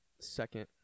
Second